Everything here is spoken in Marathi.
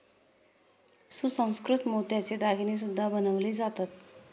सुसंस्कृत मोत्याचे दागिने सुद्धा बनवले जातात